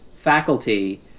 faculty